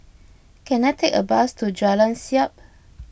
can I take a bus to Jalan Siap